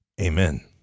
Amen